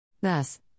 Thus